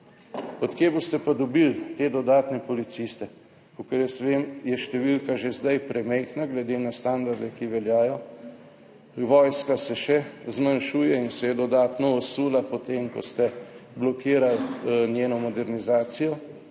od kje boste pa dobili te dodatne policiste. Kakor jaz vem, je številka že zdaj premajhna glede na standarde, ki veljajo, vojska se še zmanjšuje in se je dodatno osula po tem, ko ste blokirali njeno modernizacijo,